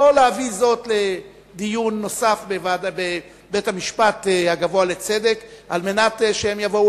לא להביא זאת לדיון נוסף בבית-המשפט הגבוה לצדק על מנת שהם יבואו